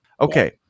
Okay